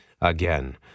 again